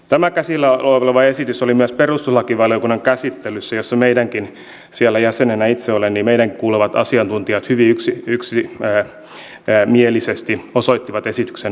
tämä käsillä oleva esitys oli myös perustuslakivaliokunnan käsittelyssä jossa meidänkin siellä jäsenenä itse olen kuulemat asiantuntijat hyvin yksimielisesti osoittivat esityksen ongelmat